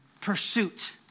pursuit